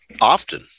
often